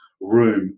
room